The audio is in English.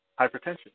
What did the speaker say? hypertension